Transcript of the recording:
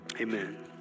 amen